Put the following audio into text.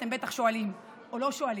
אתם בטח שואלים, או לא שואלים.